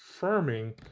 firming